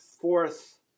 fourth